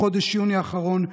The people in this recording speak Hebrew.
בחודש יוני האחרון,